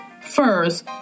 furs